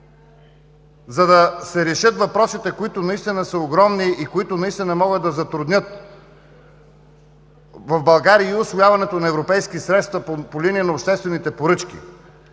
за да се решат въпросите, които наистина са огромни и могат да затруднят в България усвояването на европейски средства по линия на обществените поръчки,